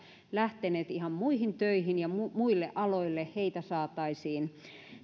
lähteneet ihan muihin töihin ja muille aloille saataisiin